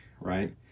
right